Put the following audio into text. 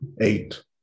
eight